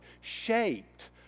shaped